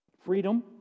freedom